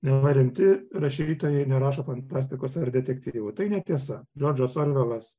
neva rimti rašytojai nerašo fantastikos ar detektyvų tai netiesa džordžas orvelas